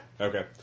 Okay